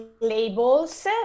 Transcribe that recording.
labels